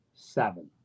Seven